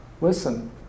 listen